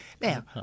Now